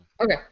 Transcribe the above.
Okay